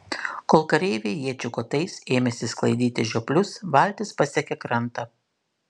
kol kareiviai iečių kotais ėmėsi sklaidyti žioplius valtis pasiekė krantą